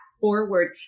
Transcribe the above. forward